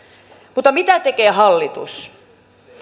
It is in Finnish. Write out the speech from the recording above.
mutta mitä tekee hallitus